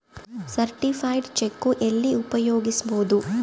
Certified cheque ಎಲ್ಲಿ ಉಪಯೋಗಿಸ್ಬೋದು?